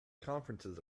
conferences